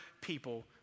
people